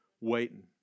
waiting